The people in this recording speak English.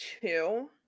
two